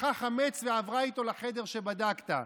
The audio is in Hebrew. לקחה חמץ ועברה איתו לחדר שבדקת.